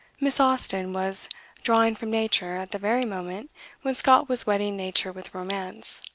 miss austen was drawing from nature at the very moment when scott was wedding nature with romance.